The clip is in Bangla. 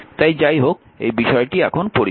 তাই যাইহোক এই বিষয়টি এখন পরিষ্কার